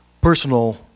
personal